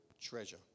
treasure